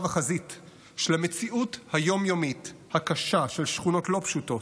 של המציאות היום-יומית הקשה של שכונות לא פשוטות,